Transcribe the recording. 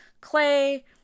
clay